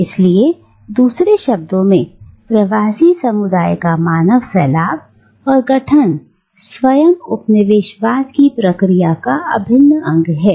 इसलिए दूसरे शब्दों में प्रवासी समुदायों का मानव सैलाब और गठन स्वयं उपनिवेशवाद की प्रक्रिया का अभिन्न अंग है